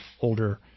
older